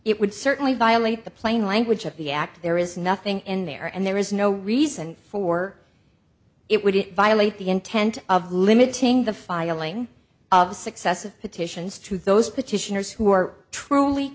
it would certainly violate the plain language of the act there is nothing in there and there is no reason for it would it violate the intent of limiting the filing of successive petitions to those petitioners who are truly